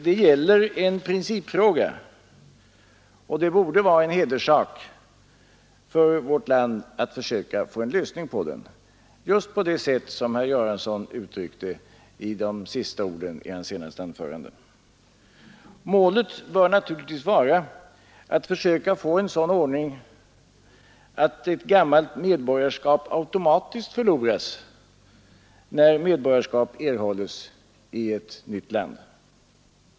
Det gäller en principfråga och det borde vara en hederssak för vårt land att försöka få en lösning på problemet just på det sätt som herr Göransson uttryckte saken i sitt senaste anförande. Målet bör naturligtvis vara att försöka få en sådan ordning att ett gammalt medborgarskap automatiskt går förlorat, när medborgarskap erhålles i ett nytt land.